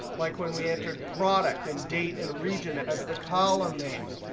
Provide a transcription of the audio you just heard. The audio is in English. like when we entered product and date and region as the column names,